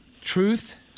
Truth